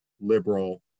liberal